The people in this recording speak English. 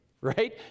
right